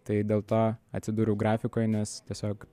tai dėl to atsidūriau grafikoj nes tiesiog